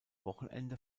wochenende